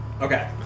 Okay